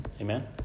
Amen